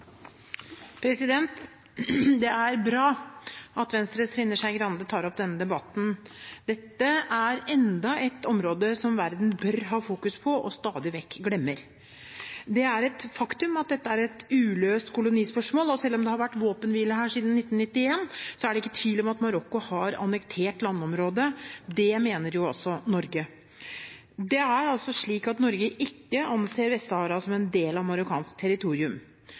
Det er bra at Venstres Trine Skei Grande tar opp denne debatten. Dette er enda et område som verden bør fokusere på – og stadig vekk glemmer. Det er et faktum at dette er et uløst kolonispørsmål. Selv om det har vært våpenhvile her siden 1991, er det ikke tvil om at Marokko har annektert landområdet. Det mener også Norge. Det er altså slik at Norge ikke anser Vest-Sahara som en del av marokkansk territorium.